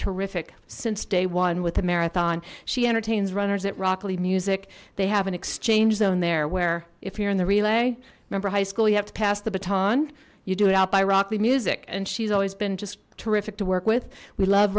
terrific since day one with the marathon she entertains runners at rock lee music they have an exchange zone there where if you're in the relay remember high school you have to pass the baton you do it out by rock lee music and she's always been just terrific to work with we love